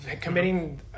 Committing